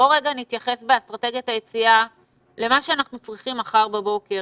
בוא רגע נתייחס באסטרטגיית היציאה למה שאנחנו צריכים מחר בבוקר,